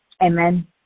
Amen